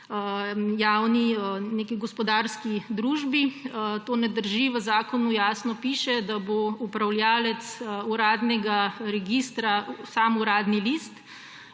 neki gospodarski družbi. To ne drži, v zakonu jasno piše, da bo upravljavec uradnega registra sam Uradni list.